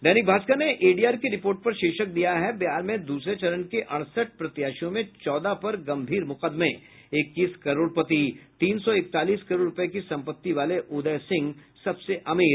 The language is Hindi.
दैनिक भास्कर ने एडीआर की रिपोर्ट पर शीर्षक दिया है बिहार में दूसरे चरण के अड़सठ प्रत्याशियों में चौदह पर गम्भीर मुकदमे इक्कीस करोड़पति तीन सौ इकतालीस करोड़ रूपये की सम्पत्ति वाले उदय सिंह सबसे अमीर